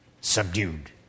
subdued